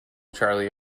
charlie